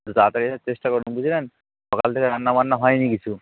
একটু তাড়াতাড়ি আসার চেষ্টা করুন বুঝলেন সকাল থেকে রান্না বান্না হয়নি কিছু